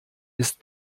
ist